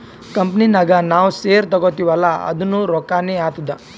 company ನಾಗ್ ನಾವ್ share ತಗೋತಿವ್ ಅಲ್ಲಾ ಅದುನೂ ರೊಕ್ಕಾನೆ ಆತ್ತುದ್